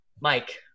Mike